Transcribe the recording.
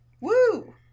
Woo